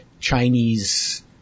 Chinese